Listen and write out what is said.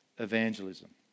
Evangelism